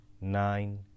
nine